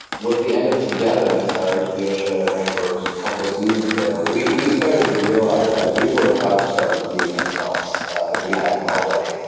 with the end of togetherness, our hbo show that ran for just a couple of seasons there, we we started to realize that we were about to start repeating ourselves if we hadn't already.